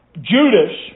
Judas